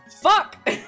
fuck